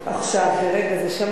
עכשיו, ברגע זה.